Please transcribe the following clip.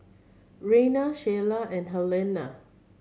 Rayna Sheilah and Helena